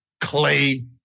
Clay